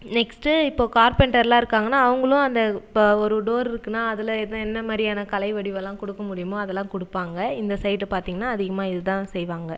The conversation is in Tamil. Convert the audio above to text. நெக்ஸ்ட்டு இப்போ கார்பெண்டர்லாம் இருக்காங்கனா அவங்களும் அந்த இப்போ ஒரு டோர் இருக்குனா அதில் என்ன என்ன மாதிரியான கலை வடிவல்லா கொடுக்க முடியுமோ அதெல்லாம் கொடுப்பாங்க இந்த சைடு பார்த்தீங்கனா அதிகமாக இதை தான் செய்வாங்க